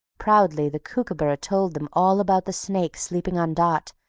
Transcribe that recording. proudly the kookooburra told them all about the snake sleeping on dot,